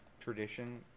tradition